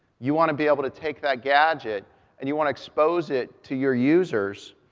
you want to be able to take that gadget and you want to expose it to your users.